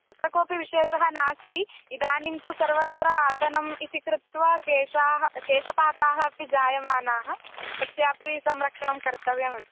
तत्र कोपि विशेषः नास्ति इदानीं तु सर्वत्र अटनम् इति कृत्वा केशाः केशपाताः अपि जायमानाः तस्यापि संरक्षणं कर्तव्यम् अस्ति